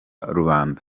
rubanda